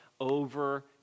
over